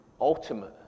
Ultimate